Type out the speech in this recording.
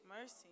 Mercy